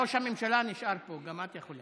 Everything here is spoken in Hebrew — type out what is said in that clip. עליזה, ראש הממשלה נשאר פה, גם את יכולה.